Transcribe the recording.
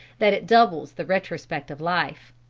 that it doubles the retrospect of life.